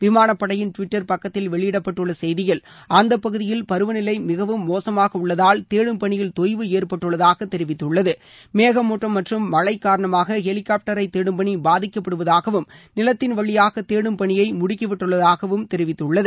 விமானப்படையின் டுவிட்டர் பக்கத்தில் வெளியிடப்பட்டுள்ள செய்தியில் அந்த பகுதியில் பருவநிலை மிகவும் மோசமாக உள்ளதால் தேடும் பணியில் தொய்வு ஏற்பட்டுள்ளதாகவும் தெரிவித்துள்ளது மேகமூட்டம் மற்றும் மழை காரணமாக ஹெலிகாப்டரை தேடும் பணி பாதிக்கப்படுவதாகவும் நிலத்தின் வழியாக தேடும் பணியை முடுக்கிவிட்டுள்ளதாகவும் தெரிவிக்கப்பட்டுள்ளது